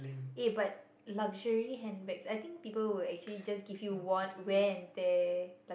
eh but luxury handbag I think people will actually just give you one wear and tear